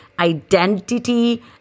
identity